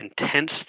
intense